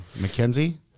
Mackenzie